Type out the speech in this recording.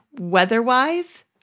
weather-wise